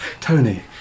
Tony